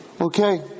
Okay